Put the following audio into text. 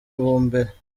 mumbere